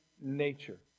nature